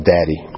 Daddy